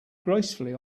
gracefully